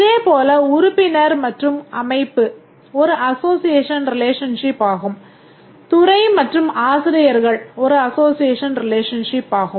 இதேபோல் உறுப்பினர் மற்றும் அமைப்பு ஒரு அசோசியேஷன் ரிலேஷன்ஷிப் ஆகும் துறை மற்றும் ஆசிரியர்கள் ஒரு அசோசியேஷன் ரிலேஷன்ஷிப் ஆகும்